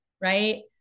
Right